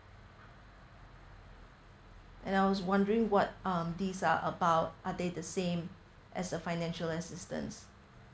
and I was wondering what um these are about are they the same as a financial assistance